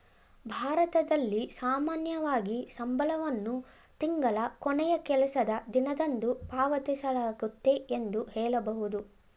ಭಾರತದಲ್ಲಿ ಸಾಮಾನ್ಯವಾಗಿ ಸಂಬಳವನ್ನು ತಿಂಗಳ ಕೊನೆಯ ಕೆಲಸದ ದಿನದಂದು ಪಾವತಿಸಲಾಗುತ್ತೆ ಎಂದು ಹೇಳಬಹುದು